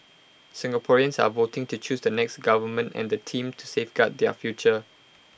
Singaporeans are voting to choose the next government and the team to safeguard their future